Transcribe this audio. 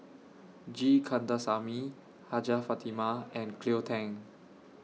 G Kandasamy Hajjah Fatimah and Cleo Thang